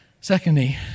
Secondly